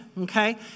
okay